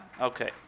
Okay